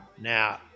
now